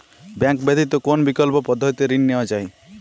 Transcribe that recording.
Bank ব্যতিত কোন বিকল্প পদ্ধতিতে ঋণ নেওয়া যায়?